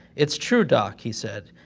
it's true, doc, he said,